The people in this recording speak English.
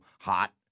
hot